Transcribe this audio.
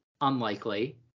unlikely